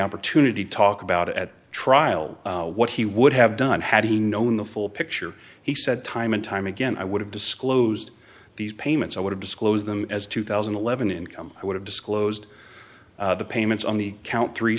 opportunity to talk about at trial what he would have done had he known the full picture he said time and time again i would have disclosed these payments i would have disclosed them as two thousand and eleven income i would have disclosed the payments on the count three